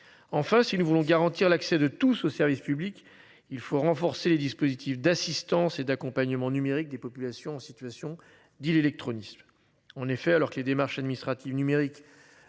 Enfin, si nous voulons garantir l'accès de tous au service public, il faut renforcer les dispositifs d'assistance et d'accompagnement numérique des populations en situation d'l'électronicien. En effet, alors que les démarches administratives numérique